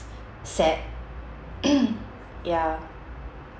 sad ya